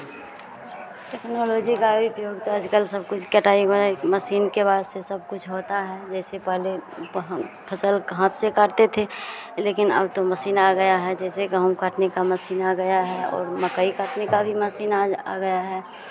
technology का उपयोग तो आज कल सब कुछ कटाई गोड़ाई मशीन के बाद से सब कुछ होता है जैसे पहले तो हम फसल को हाथ से काटते थे लेकिन अब तो मशीन आ गया है जैसे गेहूँ काटने का मशीन आ गया है और मकई काटने का भी मशीन आ आ गया है